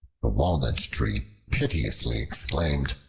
the walnut-tree piteously exclaimed,